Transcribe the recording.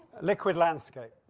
liquid landscape,